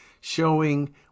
showing